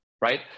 right